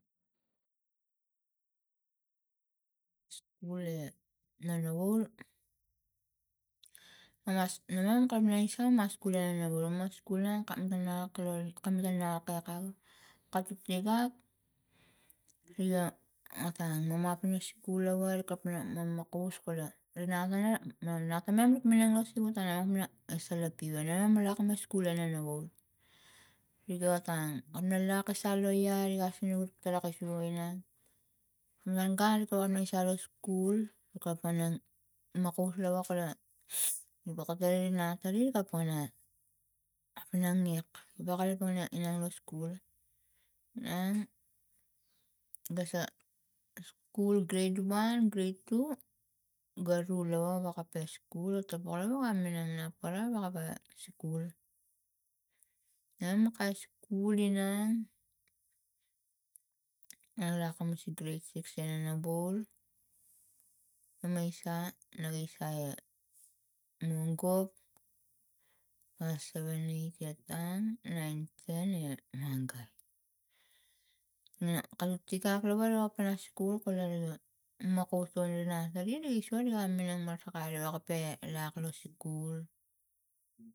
Mam me skul e nonovaul mama ma imam kapna isam ma skul e nonovaul mama skul nang kamam ta ak lo kamam tana ak lo kata tigak iga otang mama ap ina skul lava kapna mama kost kola rina akava na nati mam mek minang lo siva tana mam na sala tiva na mam lak na skul nonovaul riga otang. kam la lak osang lo ai ri asinang talak is sua inang ritang gun kalapangmin sang lo skul nu kalapang inang ma kost lava kala kalapang na ina ngek wewak kalapang ina inang lo skul ang ga sa skul grade one two ga ru lava wa kape skul tapok lava ga minang na parau wakawape skul nam kai skulinang lakamus i grade six i sene boul mama isa ne isa i mongop a seven. eight etang nine. ten e mangai na kani tigak lava la pana skul kulu riga ma ma kost tura inang teri nigi so nigi minang rasakai wakape lak lo skul.